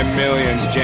millions